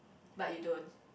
but you don't